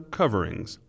coverings